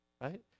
right